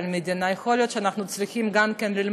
על המדינה.